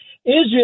Israel